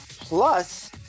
plus